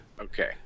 Okay